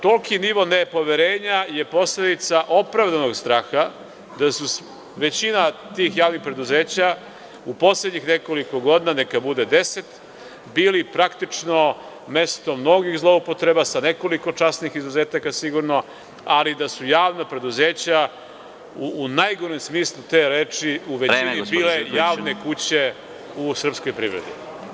Toliki nivo nepoverenja je posledica opravdanog straha da su većina tih javnih preduzeća u poslednjih nekoliko godina, neka bude 10, bili praktično mesto mnogih zloupotreba, sa nekoliko časnih izuzetaka sigurno, ali da su javna preduzeća u najgorem smislu te reči u većini bile javne kuće u srpskoj privredi.